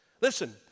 Listen